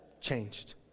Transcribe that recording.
changed